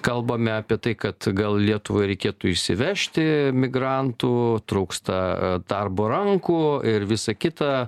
kalbame apie tai kad gal lietuvai reikėtų įsivežti migrantų trūksta darbo rankų ir visa kita